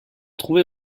trouvé